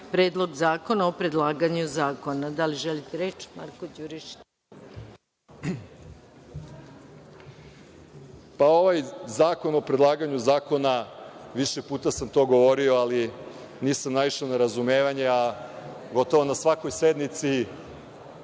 Predlog zakona o predlaganju Zakona. Izvolite. **Marko Đurišić** Hvala. Ovaj Zakon o predlaganju Zakona, više puta sam to govorio, ali nisam naišao na razumevanje, a gotovo na svakoj sednici